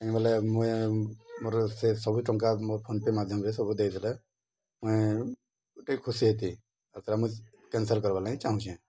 ଆ ବଲେ ମୁଇଁ ମୋର ସେ ସବୁ ଟଙ୍କା ମୋ ଫୋନ୍ପେ ମାଧ୍ୟମରେ ସବୁ ଦେଇଦେଲେ ମୁଇଁ ଗୋଟେ ଖୁସି ହେଇତି ଆଉ ତା ମୁଇଁ କ୍ୟାନ୍ସଲ୍ କର୍ବାର୍ ଲାଗି ଚାହୁଁଛେଁ